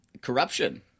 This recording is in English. Corruption